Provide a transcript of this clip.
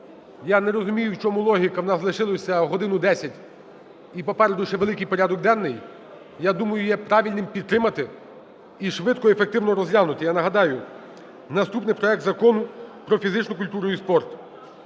Я не розумію в чому логіка, в нас залишилося годину 10 і попереду ще великий порядок денний. Я думаю, є правильним підтримати і швидко, ефективно розглянути. Я нагадаю, наступний проект Закону про фізичну культуру і спорт.